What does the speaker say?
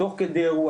תוך כדי אירוע,